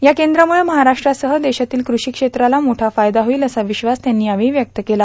या कद्रामुळे महाराष्ट्रासह देशातील कृषी क्षेत्राला मोठा फायदा होईल असा र्विश्वास त्यांनी यावेळी व्यक्त केला